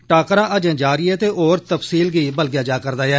टाकरा अजें जारी ऐ ते होर तफसील गी बलगेआ जा'रदा ऐ